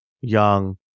young